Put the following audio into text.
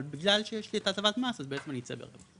אבל בגלל שיש לי את ההטבת מס, בעצם אני אצא ברווח.